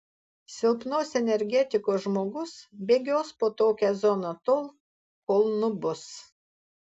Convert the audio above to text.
silpnos energetikos žmogus bėgios po tokią zoną tol kol nubus